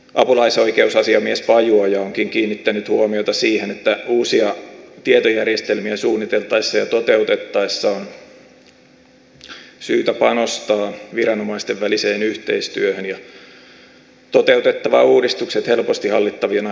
apulaisoikeusasiamies pajuoja onkin kiinnittänyt huomiota siihen että uusia tietojärjestelmiä suunniteltaessa ja toteutettaessa on syytä panostaa viranomaisten väliseen yhteistyöhön ja toteuttaa uudistukset helposti hallittavina kokonaisuuksina